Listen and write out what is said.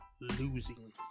Losing